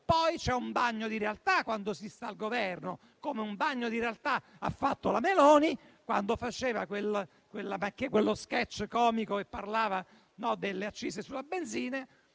Poi c'è un bagno di realtà quando si sta al Governo, come un bagno di realtà ha fatto la Meloni quando faceva quello *sketch* comico e parlava delle accise sulla benzina